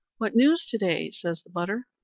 what news to-day? says the butter.